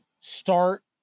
start